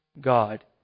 God